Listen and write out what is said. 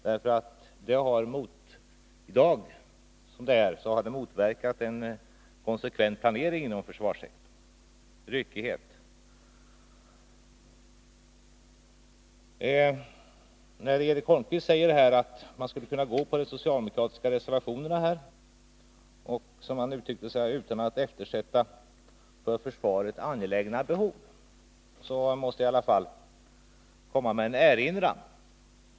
Som det är i dag har det motverkat en konsekvent planering inom försvarssektorn och gett upphov till en ryckighet. När Eric Holmqvist säger att vi skulle kunna bifalla de socialdemokratiska reservationerna utan att, som han uttryckte sig, eftersätta för försvaret angelägna behov måste jag komma med en erinran.